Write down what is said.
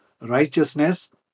righteousness